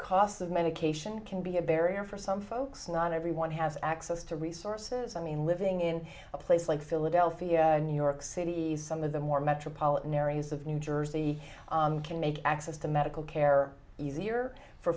cost of medication can be a barrier for some folks not everyone has access to resources i mean living in a place like philadelphia new york city some of the more metropolitan areas of new jersey can make access to medical care easier for